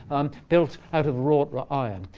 um built out of wrought wrought iron.